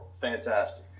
Fantastic